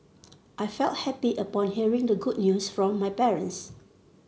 I felt happy upon hearing the good news from my parents